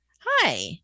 hi